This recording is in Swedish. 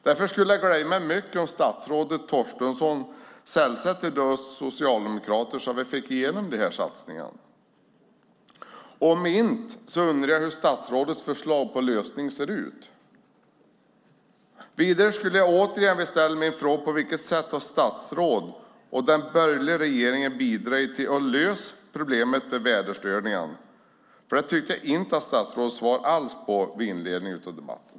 Det skulle glädja mig mycket om statsrådet Torstensson sällade sig till oss socialdemokrater så att vi fick igenom dessa satsningar. Om hon inte gör det vill jag veta hur statsrådets förslag till lösning ser ut. Vidare vill jag återigen ställa min fråga: På vilket sättet har statsrådet och den borgerliga regeringen bidragit till att lösa problemet med väderstörningarna? Statsrådet svarade inte på det i inledningen av debatten.